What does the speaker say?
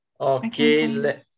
Okay